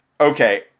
okay